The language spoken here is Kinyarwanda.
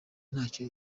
ntacyo